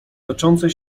toczącej